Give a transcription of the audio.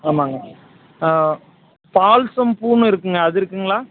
ஆமாங்க ஆ பால்சம் பூன்னு இருக்குதுங்க அது இருக்குதுங்களா